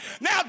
now